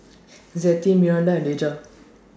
Zettie Miranda and Deja